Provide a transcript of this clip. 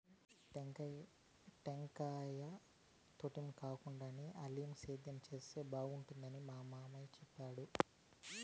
టెంకాయ తోటేయేకుండా ఆలివ్ సేద్యం చేస్తే బాగుండేదని మా అయ్య చెప్తుండాడు